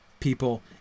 People